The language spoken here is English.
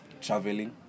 traveling